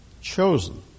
chosen